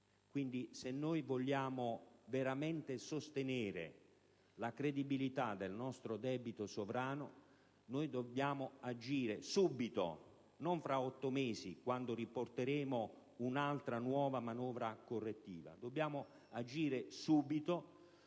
crescita. Se vogliamo veramente sostenere la credibilità del nostro debito sovrano, dobbiamo agire subito, non tra otto mesi, quando rifaremo un'altra nuova manovra correttiva. Dobbiamo agire subito